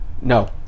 No